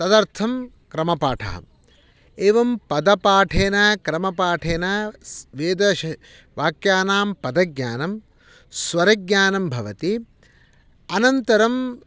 तदर्थं क्रमपाठः एवं पदपाठेन क्रमपाठेन वेदवाक्यानां पदज्ञानं स्वरज्ञानं भवति अनन्तरं